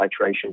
titration